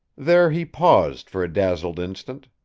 there he paused for a dazzled instant.